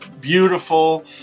beautiful